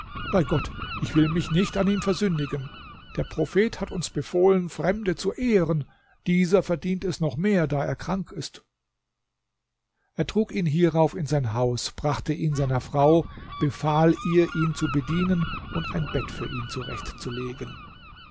bei gott ich will mich nicht an ihm versündigen der prophet hat uns befohlen fremde zu ehren dieser verdient es noch mehr da er krank ist er trug ihn hierauf in sein haus brachte ihn seiner frau befahl ihr ihn zu bedienen und ein bett für ihn zurechtzulegen